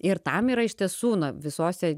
ir tam yra iš tiesų na visose